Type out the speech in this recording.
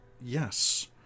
yes